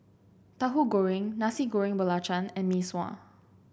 Tahu Goreng Nasi Goreng Belacan and Mee Sua